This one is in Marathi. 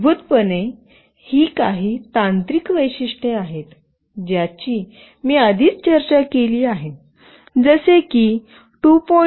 मूलभूतपणे ही काही तांत्रिक वैशिष्ट्ये आहेत ज्याची मी आधीच चर्चा केली आहे जसे की 2